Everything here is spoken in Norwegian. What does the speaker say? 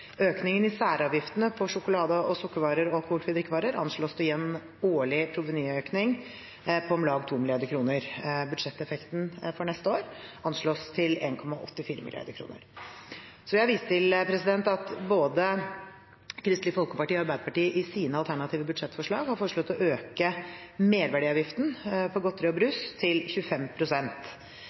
Økningen i særavgiftene på sjokolade- og sukkervarer og alkoholfrie drikkevarer anslås å gi en årlig provenyøkning på om lag 2 mrd. kr. Budsjetteffekten for neste år anslås til 1,84 mrd. kr. Jeg vil vise til at både Kristelig Folkeparti og Arbeiderpartiet i sine alternative budsjettforslag har foreslått å øke merverdiavgiften på godterier og brus til